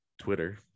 Twitter